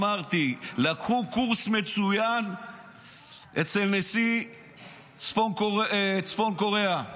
אמרתי, לקחו קורס מצוין אצל נשיא צפון קוריאה.